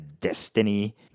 destiny